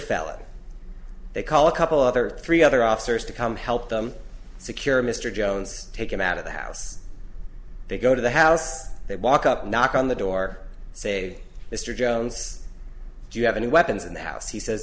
felon they call a couple other three other officers to come help them secure mr jones take him out of the house they go to the house they walk up knock on the door say mr jones do you have any weapons in the house he says